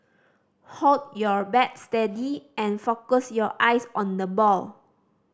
hold your bat steady and focus your eyes on the ball